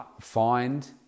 find